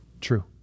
True